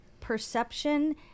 perception